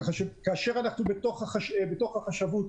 כאשר אנחנו בתוך החשבות,